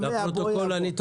לפרוטוקול.